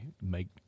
make